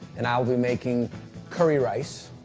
and i'll be making curry rice.